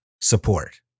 support